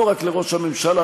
לא רק לראש הממשלה,